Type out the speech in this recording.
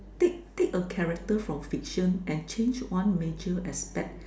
take take a character from fiction and change one major aspect